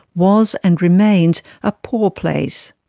was and remains a poor place.